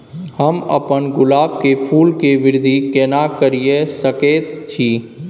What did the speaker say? हम अपन गुलाब के फूल के वृद्धि केना करिये सकेत छी?